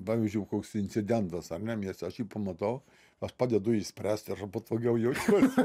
pavyzdžiui koks incidentas ar ne mieste aš jį pamatau aš padedu jį išspręst ir aš patogiau jaučiuosi